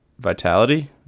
Vitality